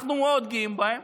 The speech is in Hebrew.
אנחנו מאוד גאים בהם,